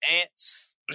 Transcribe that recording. Ants